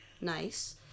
Nice